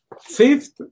Fifth